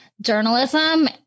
journalism